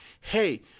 hey